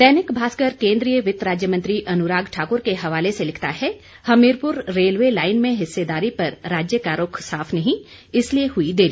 दैनिक भास्कर केंद्रीय वित्त राज्य मंत्री अनुराग ठाकुर के हवाले से लिखता है हमीरपुर रेलवे लाइन में हिस्सेदारी पर राज्य का रूख साफ नहीं इसलिए हुई देरी